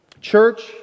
church